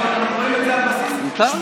אנחנו רואים את זה על בסיס שבועי,